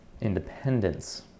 independence